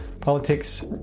politics